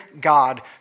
God